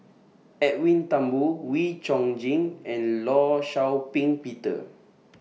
Edwin Thumboo Wee Chong Jin and law Shau Ping Peter